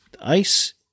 ICE